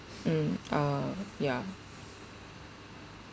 mm uh ya